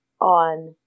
on